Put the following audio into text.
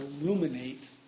illuminate